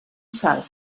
sal